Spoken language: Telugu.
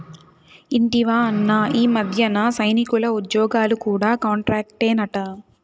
ఇంటివా అన్నా, ఈ మధ్యన సైనికుల ఉజ్జోగాలు కూడా కాంట్రాక్టేనట